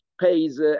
pays